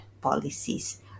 policies